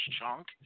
chunk